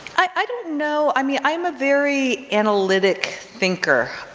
i don't know. i mean i'm a very analytic thinker.